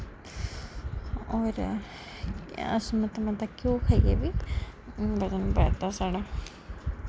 होर अस मता मता घ्योऽ खाइयै बी बजन बधदा साढ़ा